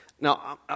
Now